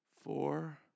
four